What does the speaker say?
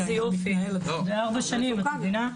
הוא לא הורשע, לפני ארבע שנים, את מבינה,